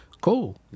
cool